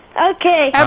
okay.